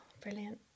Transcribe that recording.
brilliant